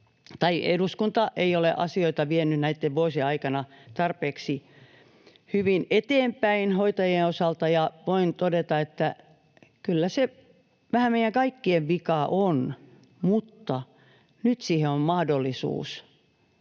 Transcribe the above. että eduskunta ei ole asioita vienyt näitten vuosien aikana tarpeeksi hyvin eteenpäin hoitajien osalta, ja voin todeta, että kyllä se vähän meidän kaikkien vika on. Mutta nyt siihen on mahdollisuus,